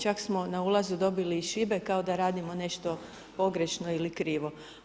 Čak smo na ulazu dobili i šibe kao da radimo nešto pogrešno ili krivo.